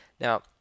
Now